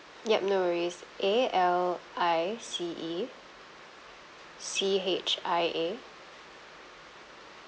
yup no worries A L I C E C H I A